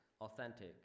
authentic